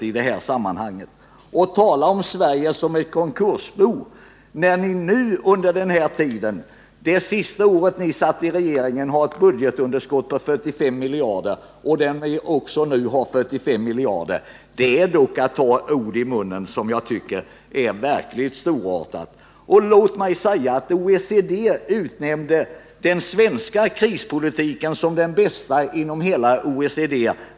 Att tala om att Sverige var ett konkursbo 1976 är verkligen att ta stora ord i sin mun med tanke på att ni under trepartiregeringens sista år hade ett budgetunderskott på 45 miljarder kronor, och det underskottet är inte mindre i dag. Låt mig påpeka att OECD under den tid vi satt i regeringsställning Nr 109 utnämnde den svenska krispolitiken till den bästa inom hela OECD.